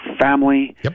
family